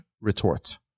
retort